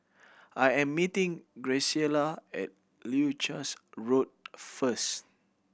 I am meeting Graciela at Leuchars Road first